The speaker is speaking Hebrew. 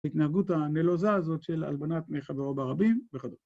‫התנהגות הנלוזה הזאת ‫של הלבנת פני חברו ברבים וכדומה.